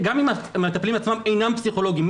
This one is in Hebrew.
גם אם המטפלים עצמם אינם פסיכולוגים,